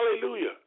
Hallelujah